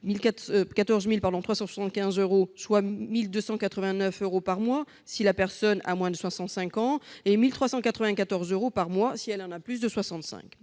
soit 1 289 euros par mois si la personne a moins de 65 ans et 1 394 euros par mois si elle a plus de 65